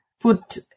put